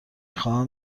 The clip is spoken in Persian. خواهم